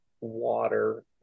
water